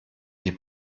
die